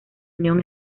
unión